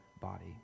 body